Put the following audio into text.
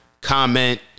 comment